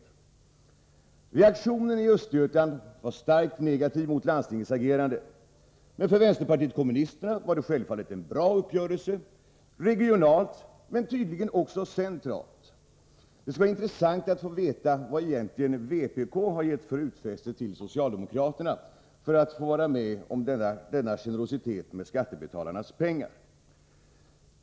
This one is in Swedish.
: A Anslag till vuxenut Reaktionen i Östergötland var starkt negativ mot landstingets agerande, men för vänsterpartiet kommunisterna var det självfallet en bra uppgörelse regionalt men tydligen också centralt. Det skulle vara intressant att få veta vad vpk egentligen har gett för utfästelser till socialdemokraterna för att få vara med om denna generositet med skattebetalarnas pengar.